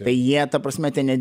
tai jie ta prasme ten ne